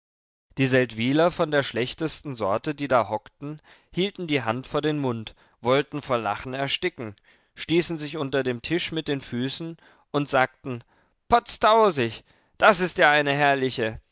die seldwyler von der schlechtesten sorte die da hockten hielten die hand vor den mund wollten vor lachen ersticken stießen sich unter dem tisch mit den füßen und sagten potz tausig das ist ja eine herrliche